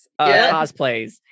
cosplays